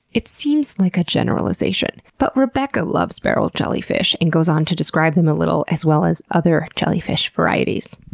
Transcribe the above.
it seems like a generalization, but rebecca loves barrel jellyfish and goes on to describe them a little as well as other jellyfish varieties.